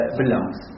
belongs